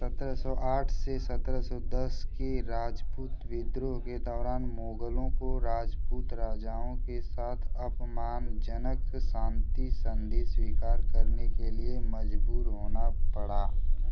सत्रह सौ आठ से सत्रह सौ दस के राजपूत विद्रोह के दौरान मुगलों को राजपूत राजाओं के साथ अपमानजनक शान्ति संधि स्वीकार करने के लिए मजबूर होना पड़ा